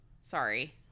Sorry